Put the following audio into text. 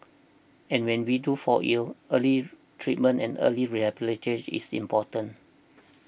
and when we do fall ill early treatment and early rehabilitation is important